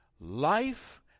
Life